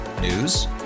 News